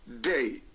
day